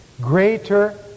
greater